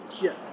Yes